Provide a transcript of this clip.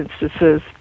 instances